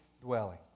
dwelling